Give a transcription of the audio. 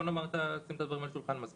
נשים את הדברים על השולחן.